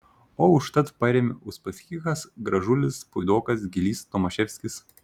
o užtat parėmė uspaskichas gražulis puidokas gylys tomaševskis